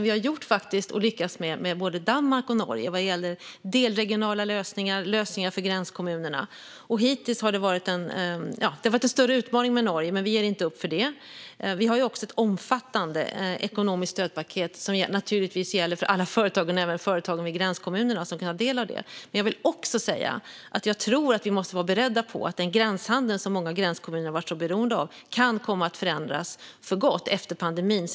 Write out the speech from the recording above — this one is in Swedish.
Vi har också lyckats med detta med både Danmark och Norge vad gäller delregionala lösningar och lösningar för gränskommunerna. Hittills har det varit en större utmaning med Norge, men vi ger inte upp för det. Vi har ett omfattande ekonomiskt stödpaket som naturligtvis gäller för alla företag. Även företag i gränskommunerna kan ta del av det. Jag vill också säga att jag tror att vi måste vara beredda på att den gränshandel som många gränskommuner varit så beroende av kan komma att förändras för gott efter pandemin.